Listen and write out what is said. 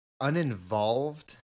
uninvolved